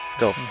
go